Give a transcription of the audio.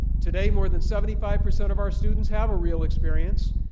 today, more than seventy five percent of our students have a real experience,